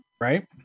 right